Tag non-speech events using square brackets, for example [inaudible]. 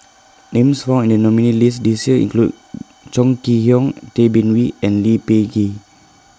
[noise] Names found in The nominees' list This Year include [hesitation] Chong Kee Hiong Tay Bin Wee and Lee Peh Gee